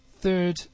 Third